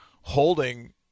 holding